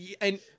and-